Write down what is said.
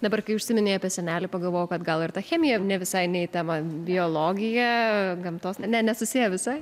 dabar kai užsiminei apie senelį pagalvojau kad gal ir ta chemija ne visai ne į temą biologija gamtos ne nesusiję visai